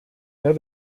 der